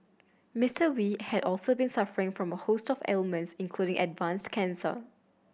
Mister Wee had also been suffering from a host of ailments including advanced cancer